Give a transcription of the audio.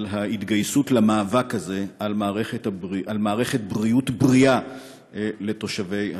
על ההתגייסות למאבק הזה על מערכת בריאות בריאה לתושבי הצפון.